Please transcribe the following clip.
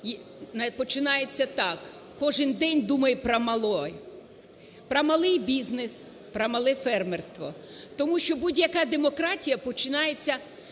починається так: "Кожен день думай про мале: про малий бізнес, про мале фермерство". Тому що будь-яка демократія починається